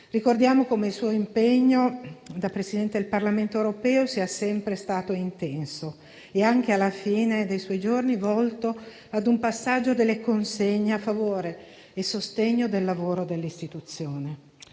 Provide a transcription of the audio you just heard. Ricordiamo come il suo impegno da Presidente del Parlamento europeo sia sempre stato intenso e, anche alla fine dei suoi giorni, volto ad un passaggio delle consegne a favore e sostegno del lavoro dell'istituzione.